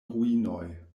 ruinoj